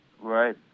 Right